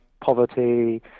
poverty